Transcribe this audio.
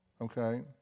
okay